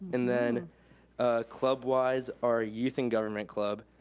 and then club-wise, our youth and government club,